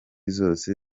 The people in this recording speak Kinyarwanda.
zose